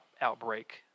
outbreak